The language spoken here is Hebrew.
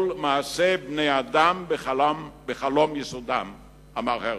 "כל מעשה בני האדם בחלום יסודם", אמר הרצל.